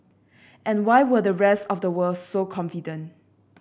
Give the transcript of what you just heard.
and why were the rest of the world so confident